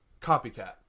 Copycat